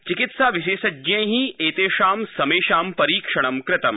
चिकित्साविशेषज्ञै एतेषां समेषां परीक्षणं कृतम्